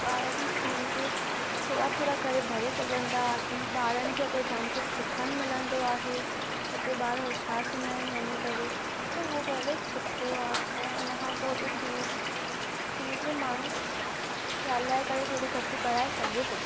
ॿार जी फ़ीस थोरा थोरा करे भरे सघंदा आहिनि ॿारनि खे उते जाम कुछ सिखण मिलंदो आहे हुते ॿार होशियार थींदा आहिनि वञी करे त उहो कॉलेज सुठो आहे ऐं उन खां पोइ उते फ़ीस फ़ीस बि माण्हू ॻाल्हाए करे थोड़ी घटि कराए सघे थो